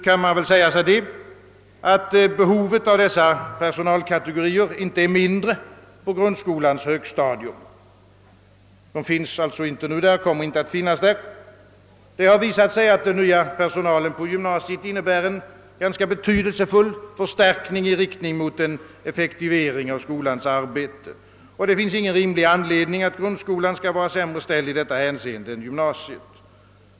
Jag anser, att behovet av dessa personalkategorier inte är mindre på grundskolans högstadium än på gymnasiet. De finns alltså inte nu och kommer inte att finnas där. Det har visat sig, att den nya personalen på gymnasiet utgör en betydelsefull förstärkning i riktning mot en effektivisering av skolans arbete. Det finns ingen rimlig anledning till att grundskolan skall vara sämre ställd i detta hänseende än gymnasiet.